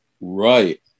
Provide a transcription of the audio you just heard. Right